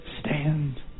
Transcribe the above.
stand